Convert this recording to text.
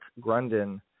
grunden